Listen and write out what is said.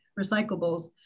recyclables